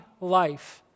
life